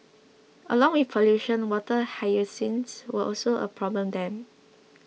along with pollution water hyacinths were also a problem then